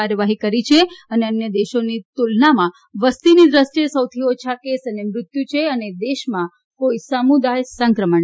કાર્યવાહી કરી છે અને અન્ય દેશોની તુલનામાં વસ્તીની દ્રષ્ટિએ સૌથી ઓછા કેસ અને મૃત્યુ છે અને દેશમાં કોઈ સમુદાય સંક્રમણ નથી